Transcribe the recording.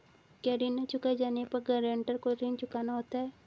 क्या ऋण न चुकाए जाने पर गरेंटर को ऋण चुकाना होता है?